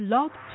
Love